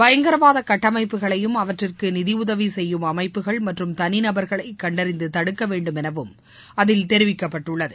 பயங்கரவாத கட்டமைப்புகளையும் அவற்றிற்கு நிதியுதவி செய்யும் அமைப்புகள் மற்றும் தனிநபர்களை கண்டறிந்து தடுக்க வேண்டும் எனவும் அதில் தெரிவிக்கப்பட்டுள்ளது